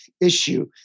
issue